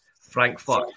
Frankfurt